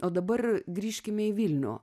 o dabar grįžkime į vilnių